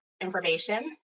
information